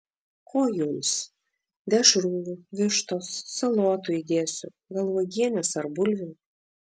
ko jums dešrų vištos salotų įdėsiu gal uogienės ar bulvių